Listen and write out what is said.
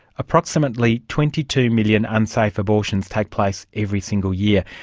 approximately twenty two million unsafe abortions take place every single year,